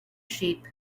sheep